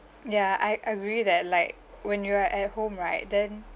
ya I agree that like when you are at home right then